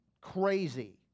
crazy